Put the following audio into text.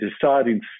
deciding